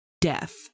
death